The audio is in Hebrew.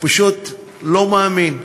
ופשוט לא מאמין,